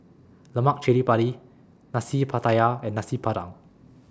Lemak Cili Padi Nasi Pattaya and Nasi Padang